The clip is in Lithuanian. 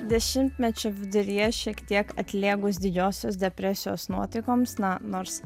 dešimtmečio viduryje šiek tiek atlėgus didžiosios depresijos nuotaikoms na nors